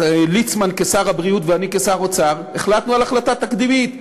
ליצמן כשר הבריאות ואני כשר אוצר החלטנו החלטה תקדימית,